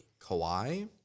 Kawhi